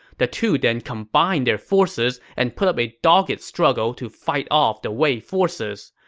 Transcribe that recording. the two then combined their forces and put up a dogged struggle to fight off the wei forces.